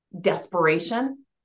desperation